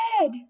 dead